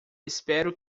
espero